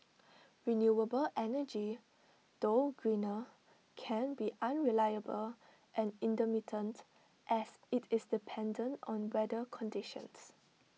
renewable energy though greener can be unreliable and intermittent as IT is dependent on weather conditions